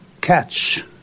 catch